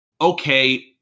okay